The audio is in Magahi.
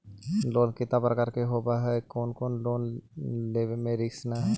लोन कितना प्रकार के होबा है कोन लोन लेब में रिस्क न है?